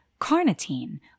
carnitine